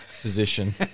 position